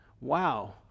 Wow